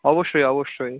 অবশ্যই অবশ্যই